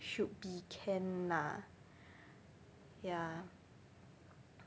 should be can lah ya